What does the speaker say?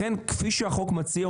לכן כפי שהחוק מציע,